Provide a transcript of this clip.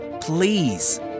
Please